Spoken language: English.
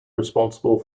responsible